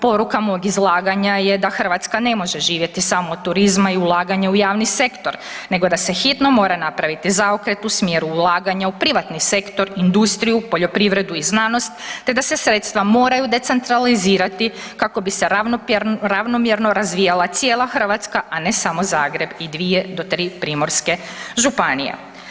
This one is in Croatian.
Poruka mog izlaganja je da Hrvatska ne može živjeti samo od turizma i ulaganja u javni sektor nego da se hitno mora napraviti zaokret u smjeru ulaganja u privatni sektor, industriju, poljoprivredu i znanost te da se sredstva moraju decentralizirati kako bi se ravnomjerno razvijala cijela Hrvatska a ne samo Zagreb i dvije do tri primorske županije.